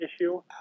issue